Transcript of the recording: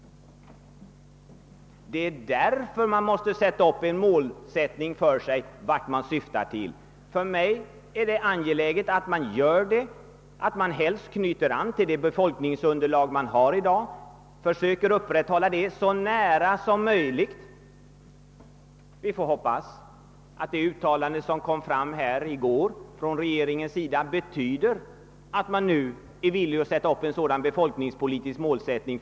Det är därför vi måste sätta upp ett mål och ange vart vi syftar. För mig är det angeläget att vi då knyter an till befolkningsunderlaget i dag och försöker upprätthålla det så nära som möjligt. Vi får hoppas att det uttalande som gjordes i går från regeringen betyder att man nu är villig att ange en sådan befolkningspolitisk målsättning.